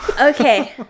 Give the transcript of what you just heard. Okay